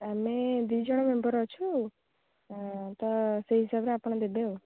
ଆମେ ଦୁଇଜଣ ମେମ୍ବର ଅଛୁ ତ ସେଇ ହିସାବରେ ଆପଣ ଦେବେ ଆଉ